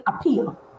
appeal